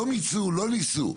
לא מיצו, לא ניסו.